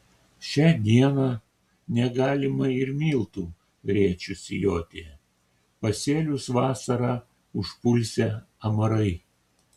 šią dieną negalima ir miltų rėčiu sijoti pasėlius vasarą užpulsią amarai